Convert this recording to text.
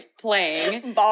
playing